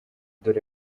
dore